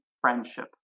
friendship